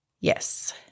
Yes